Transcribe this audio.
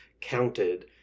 counted